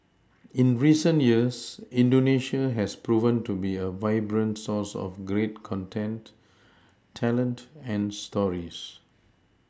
in recent years indonesia has proven to be a vibrant source of great content talent and stories